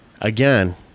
again